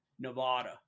Nevada